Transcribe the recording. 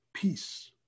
Peace